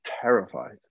terrified